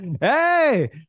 Hey